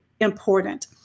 important